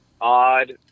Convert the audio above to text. odd